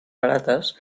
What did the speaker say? barates